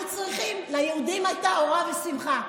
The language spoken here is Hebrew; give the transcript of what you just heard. "ליהודים הייתה אורה ושמחה".